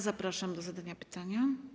Zapraszam do zadania pytania.